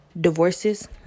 divorces